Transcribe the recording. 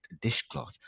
dishcloth